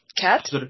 Cat